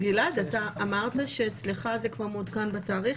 --- גלעד, אתה אמרת שאצלך זה כבר מעודכן בתאריך?